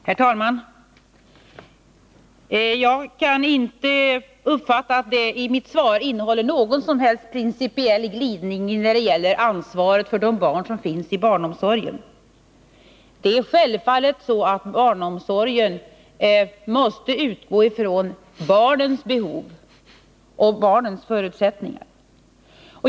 Herr talman! Jag kan inte se att mitt svar innehåller någon som helst principiell glidning när det gäller ansvaret för de barn som finns i barnomsorgen. Självfallet måste barnomsorgen utgå ifrån barnens behov och förutsättningar.